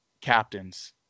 captains